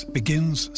begins